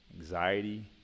anxiety